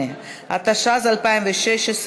8), התשע"ז 2016,